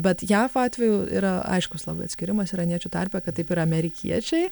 bet jav atveju yra aiškus labai atskyrimas iraniečių tarpe kad taip yra amerikiečiai